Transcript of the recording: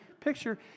picture